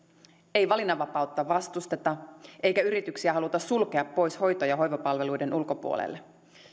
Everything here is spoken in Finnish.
ei valinnanvapautta vastusteta eikä yrityksiä haluta sulkea hoito ja hoivapalveluiden ulkopuolelle